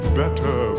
better